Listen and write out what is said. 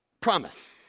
promise